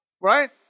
Right